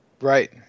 Right